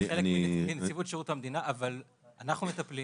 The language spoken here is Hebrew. אני חלק מנציבות שירות המדינה, אבל אנחנו מטפלים